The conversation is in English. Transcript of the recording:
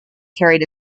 carried